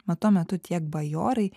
mat tuo metu tiek bajorai